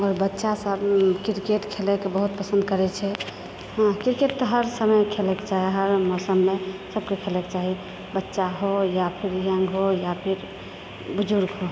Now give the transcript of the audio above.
आओर बच्चासभ क्रिकेट खेलयकऽ बहुत पसन्द करैत छै हँ क्रिकेट तऽ हर समय खेलयके चाही हर मौसममे सभके खेलयके चाही बच्चा हो या फिर यङ्ग हो या फिर बुजुर्ग हो